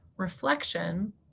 reflection